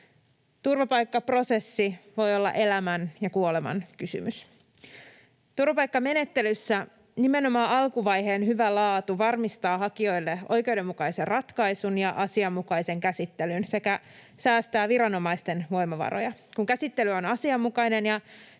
Turvapaikkaprosessi voi olla elämän ja kuoleman kysymys. Turvapaikkamenettelyssä nimenomaan alkuvaiheen hyvä laatu varmistaa hakijoille oikeudenmukaisen ratkaisun ja asianmukaisen käsittelyn sekä säästää viranomaisten voimavaroja. Kun käsittely on asianmukainen ja